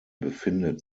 befindet